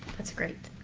that's great.